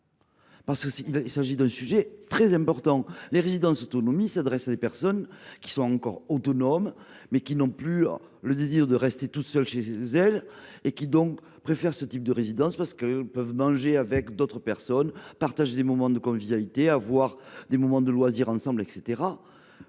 ! Il s’agit d’un sujet très important. Les résidences autonomie s’adressent à des personnes qui sont encore autonomes, mais qui n’ont plus le désir de rester toutes seules chez elles ; elles préfèrent ce type de résidence, parce qu’elles peuvent manger avec d’autres personnes ou partager des moments de convivialité et s’adonner à des loisirs avec elles.